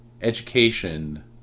education